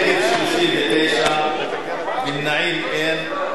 נגד, 39, נמנעים אין.